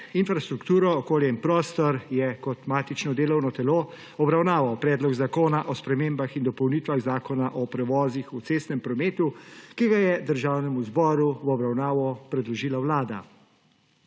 infrastrukturo, okolje in prostor je kot matično delovno telo obravnaval Predlog zakona o spremembah in dopolnitvah zakona o prevozih v cestnem prometu, ki ga je Državnemu zboru v obravnavo predložila Vlada.